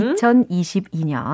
2022년